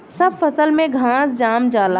सब फसल में घास जाम जाला